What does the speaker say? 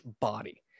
body